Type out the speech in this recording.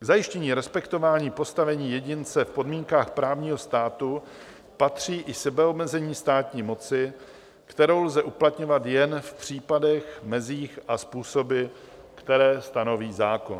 K zajištění respektování postavení jedince v podmínkách právního státu patří i sebeomezení státní moci, kterou lze uplatňovat jen v případech, mezích a způsoby, které stanoví zákon.